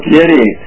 Kitty